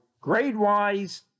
grade-wise